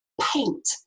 paint